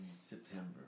september